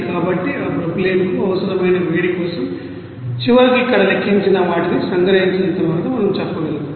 కాబట్టి ఆ ప్రొపైలీన్కు అవసరమైన వేడి కోసం చివరకు ఇక్కడ లెక్కించిన వాటిని సంగ్రహించిన తర్వాత మనం చెప్పగలం